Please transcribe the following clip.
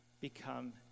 become